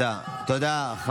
תודה רבה.